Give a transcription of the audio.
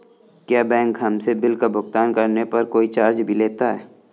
क्या बैंक हमसे बिल का भुगतान करने पर कोई चार्ज भी लेता है?